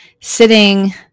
sitting